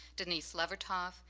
denise levertov,